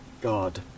god